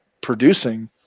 producing